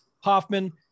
Hoffman